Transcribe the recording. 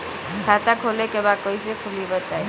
खाता खोले के बा कईसे खुली बताई?